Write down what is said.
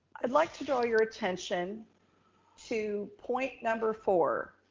i'd like to draw your attention to point number four,